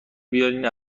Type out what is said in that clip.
بیارین